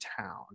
town